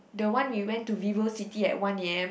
the one we went to Vivo-City at one A_M